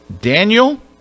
Daniel